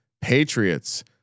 Patriots